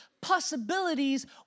possibilities